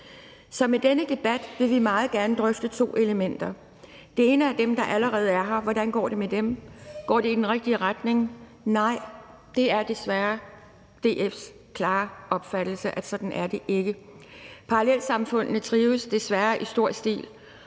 Så med denne debat vil vi meget gerne drøfte to elementer. Det ene handler om dem, der allerede er her – hvordan går det med dem? Går det i den rigtige retning? Nej, det er desværre DF's klare opfattelse, at sådan er det ikke. Parallelsamfundene trives desværre i stor stil,